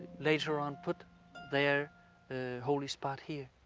later on, put their holy spot here.